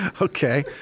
Okay